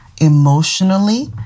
emotionally